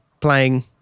playing